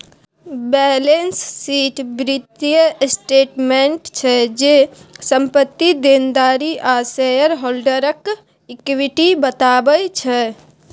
balance sheet बित्तीय statement छै जे, संपत्ति, देनदारी आ शेयर हॉल्डरक इक्विटी बताबै छै